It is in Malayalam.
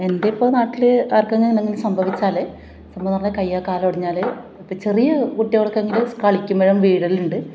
എൻ്റെ ഇപ്പോൾ നാട്ടിൽ ആർക്കെങ്ങും എന്തെങ്കിലും സംഭവിച്ചാൽ സംഭവമെന്ന് പറഞ്ഞാൽ കയ്യോ കാലോ ഒടിഞ്ഞാൽ ഇപ്പോൾ ചെറിയ കുട്ട്യോൾക്കെങ്കിലും കളിക്കുമ്പോഴും വീഴലുണ്ട്